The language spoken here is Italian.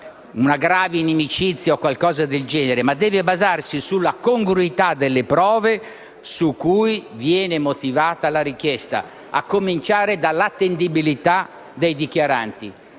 (una grave inimicizia o qualcosa del genere), ma deve basarsi sulla congruità delle prove su cui viene motivata la richiesta, a cominciare dall'attendibilità dei dichiaranti.